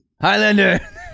Highlander